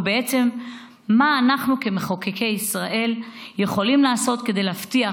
ובעצם מה אנחנו כמחוקקי ישראל יכולים לעשות כדי להבטיח